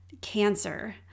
cancer